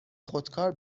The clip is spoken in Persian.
خودکار